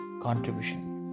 contribution